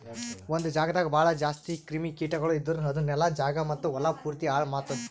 ಒಂದೆ ಜಾಗದಾಗ್ ಭಾಳ ಜಾಸ್ತಿ ಕ್ರಿಮಿ ಕೀಟಗೊಳ್ ಇದ್ದುರ್ ಅದು ನೆಲ, ಜಾಗ ಮತ್ತ ಹೊಲಾ ಪೂರ್ತಿ ಹಾಳ್ ಆತ್ತುದ್